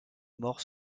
morts